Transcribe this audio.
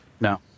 No